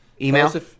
Email